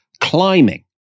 climbing